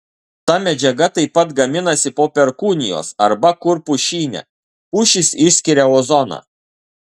ta medžiaga taip pat gaminasi po perkūnijos arba kur pušyne pušys išskiria ozoną